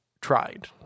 tried